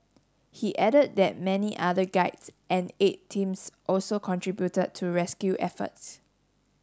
he added that many other guides and aid teams also contributed to rescue efforts